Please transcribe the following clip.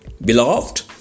Beloved